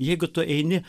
jeigu tu eini